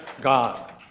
God